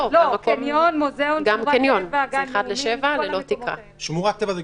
לא, קניון, מוזיאון, שמורת טבע,